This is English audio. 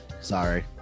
Sorry